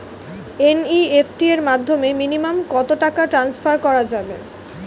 NEFT এর মাধ্যমে minimum কত টাকা টান্সফার করা যাবে?